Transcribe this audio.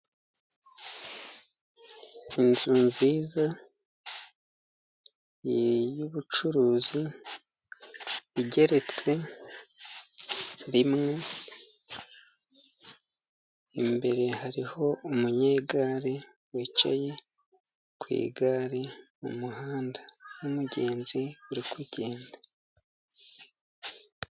Inzu nziza y'ubucuruzi igeretse rimwe, imbere hariho umunyegari wicaye ku igare mu muhanda. n'umugenzi uri kugenda.